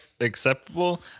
acceptable